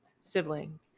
sibling